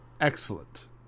Excellent